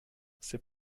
ces